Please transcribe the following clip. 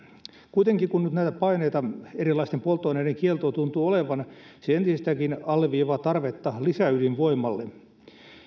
kuitenkin kun nyt näitä paineita erilaisten polttoaineiden kieltoon tuntuu olevan se entisestäänkin alleviivaa tarvetta lisäydinvoimalle